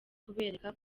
kubereka